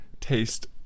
taste